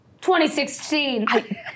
2016